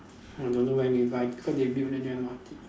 I don't know why nearby cause they build the new M_R_T